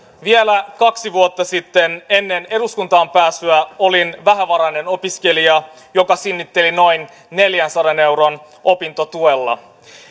vielä kaksi vuotta sitten ennen eduskuntaan pääsyä olin vähävarainen opiskelija joka sinnitteli noin neljänsadan euron opintotuella